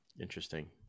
Interesting